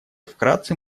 вкратце